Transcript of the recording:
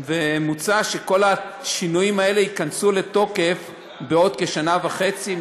מוצע שכל השינויים האלה ייכנסו לתוקף בעוד כשנה וחצי,